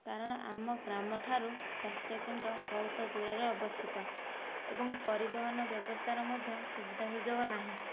କାରଣ ଆମ ଗ୍ରାମ ଠାରୁ ସ୍ୱାସ୍ଥ୍ୟକେନ୍ଦ୍ର ବହୁତ ଦୂରରେ ଅବସ୍ଥିତ ଏବଂ ପରିବହନ ବ୍ୟବସ୍ଥାର ମଧ୍ୟ ସୁବିଧା ସୁଯୋଗ ନାହିଁ